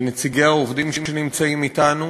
לנציגי העובדים שנמצאים אתנו.